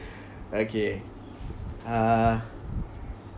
okay uh